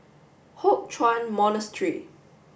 Hock Chuan Monastery